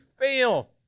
fail